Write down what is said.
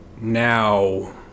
now